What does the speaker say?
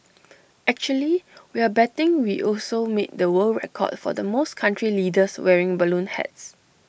actually we're betting we also made the world record for the most country leaders wearing balloon hats